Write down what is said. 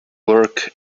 work